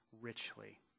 richly